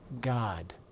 God